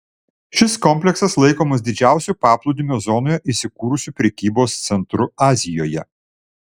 šis kompleksas laikomas didžiausiu paplūdimio zonoje įsikūrusiu prekybos centru azijoje